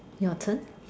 your turn